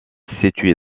situé